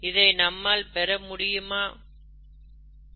இதை நம்மால் பெற முடியுமா